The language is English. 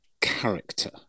character